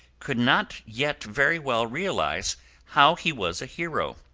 could not yet very well realise how he was a hero.